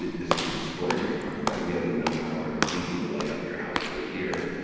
this extraordinary power. in fact, we have enough power in our pinky to light up your house for a year.